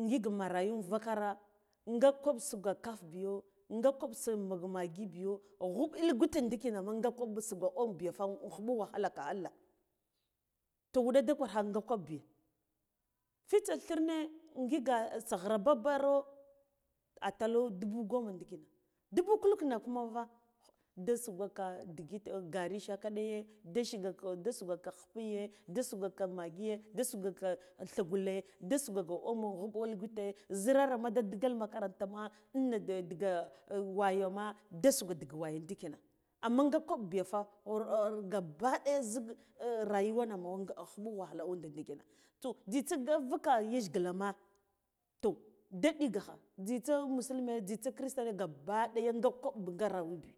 ngik maerayu unvakara nga kwab suko kaf biyo nga kwab siyo magli biyo ghub ilgate ndikina ma nge kwab suko omo biya fa inghuɓu wahala allah toh wuɗa da kwarkha nga kwaɓ bi fitsa thirne ngiga saghira babaro atalu dubu guna ndikino dubu kululk na kuma da sugoka de gari shakaɗayye di shigako da sugwako khipiye da sugwokaka mighiye da sugoka ka thigule nda sugoleaka omo ghub ilgute zirarama ndi digal makaranta ma ina da dige wayo ma ndi sugo ndik waya ndikina amma nga kwab biyafa khir ir gabbaɗuja zik rayuwana ma an khuju wahala nde ndikina toh jzitsa nga vuka yajgila ma toh nde ɗigakha jzitsa musulme jzitse chritane gabbaɗeya nga kwaɓ nga rayuwa ɓi.